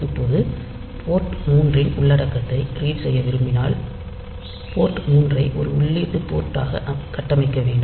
இப்போது போர்ட் 3 இன் உள்ளடக்கத்தை ரீட் செய்ய விரும்பினால் போர்ட் 3 ஐ ஒரு உள்ளீட்டு போர்ட் ஆக கட்டமைக்க வேண்டும்